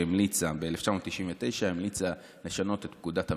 שהמליצה ב-1999 לשנות את פקודת המשטרה,